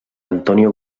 antonio